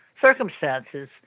circumstances